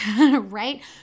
right